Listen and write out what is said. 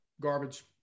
garbage